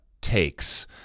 takes